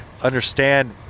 understand